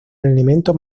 elemento